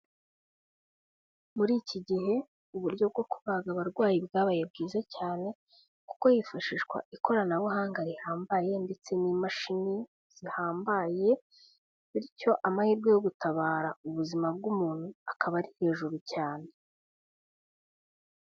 Muri iki gihe uburyo bwo kubaga abarwayi bwabaye bwiza cyane kuko hifashishwa ikoranabuhanga rihambaye ndetse n'imashini zihambaye, bityo amahirwe yo gutabara ubuzima bw'umuntu akaba ari hejuru cyane.